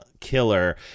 killer